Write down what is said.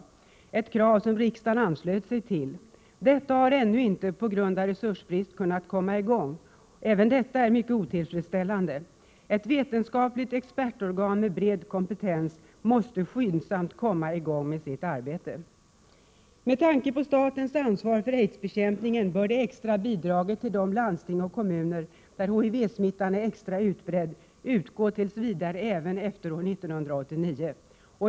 Det var ett krav som riksdagen anslöt sig till. Detta har ännu inte, på grund av resursbrist, kunnat komma i gång. Även detta är mycket otillfredsställande. Ett vetenskapligt expertorgan med bred kompetens måste skyndsamt komma i gång med sitt arbete. Med tanke på statens ansvar för aidsbekämpningen bör det extra bidraget till de landsting och kommuner där HIV-smittan är extra utbredd utgå tills vidare även efter år 1989.